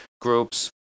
groups